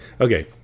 okay